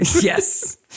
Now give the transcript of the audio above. Yes